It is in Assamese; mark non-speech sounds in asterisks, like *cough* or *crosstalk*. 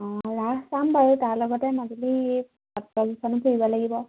অঁ ৰাস চাম বাৰু তাৰ লগতে মাজুলীত *unintelligible* মানুহ ফুৰিব লাগিব